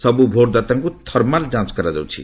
ସବୁ ଭୋଟ୍ଦାତାଙ୍କୁ ଥର୍ମାଲ୍ ଯାଞ୍ କରାଯିବ